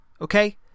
Okay